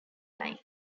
line